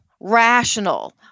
rational